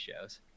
shows